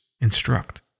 instruct